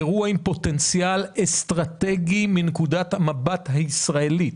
אירוע עם פוטנציאל אסטרטגי מנקודת המבט הישראלית,